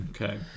Okay